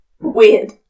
Weird